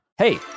Hey